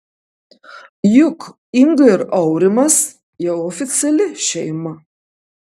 juk inga ir aurimas jau oficiali šeima